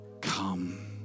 come